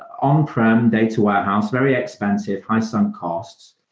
on-prem data warehouse, very expensive, high-sum costs.